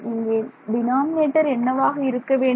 இங்கே டினாமினேட்டர் என்னவாக இருக்க வேண்டும்